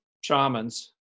shamans